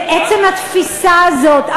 זה עצם התפיסה הזאת,